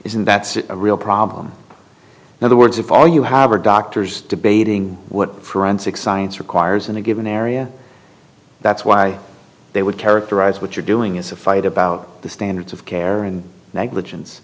isn't that a real problem now the words if all you have are doctors debating what forensic science requires in a given area that's why they would characterize what you're doing is a fight about the standards of care and negligence